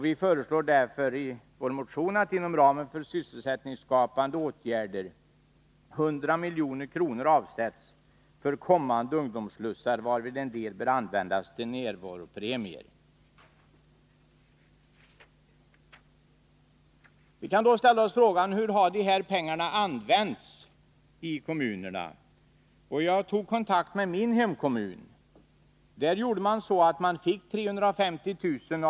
Vi föreslår därför att inom ramen för sysselsättningsskapande åtgärder 100 milj.kr. avsätts för kommunala ungdomsslussar, varav en del bör användas till ”närvaropremia Vi kan ställa oss frågan: Hur har dessa pengar använts i kommunerna? Jag tog kontakt med min hemkommun. Där fick man 350 000 kr.